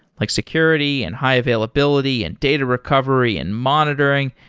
like security, and high availability, and data recovery, and monitoring,